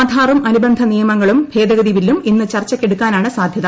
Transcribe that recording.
ആധാറും അനുബന്ധ നിയമങ്ങളും ഭേദഗതി ബില്ലും ഇന്ന് ചർച്ചയ്ക്കെടുക്കാനാണ് സാധ്യത